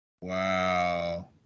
Wow